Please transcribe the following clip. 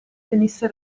venisse